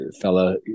fella